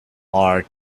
are